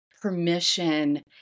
permission